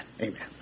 amen